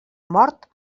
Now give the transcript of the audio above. mort